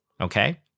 Okay